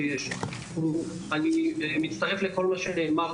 אני מצטרף לכל מה שנאמר